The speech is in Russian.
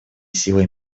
силой